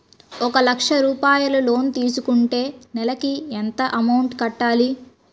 ఒక లక్ష రూపాయిలు లోన్ తీసుకుంటే నెలకి ఎంత అమౌంట్ కట్టాలి?